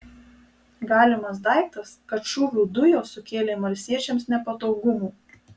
galimas daiktas kad šūvių dujos sukėlė marsiečiams nepatogumų